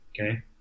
Okay